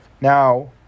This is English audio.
now